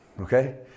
Okay